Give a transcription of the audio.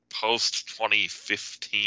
post-2015